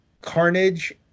carnage